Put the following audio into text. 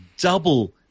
double